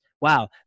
Wow